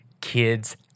kids